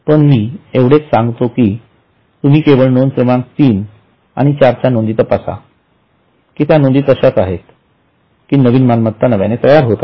पण मी एवढेच सांगत आहे की तुम्ही केवळ नोंद क्रमांक 3 आणि 4 च्या नोंदी तपासा कि त्या नोंदी तश्याच आहेत कि नवीन मालमत्ता नव्याने तयार होत आहेत